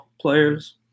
players